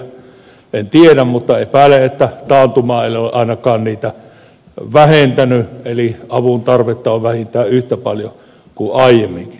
en tiedä mutta epäilen että taantuma ei ole ainakaan niitä vähentänyt eli avun tarvetta on vähintään yhtä paljon kuin aiemminkin